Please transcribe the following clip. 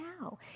now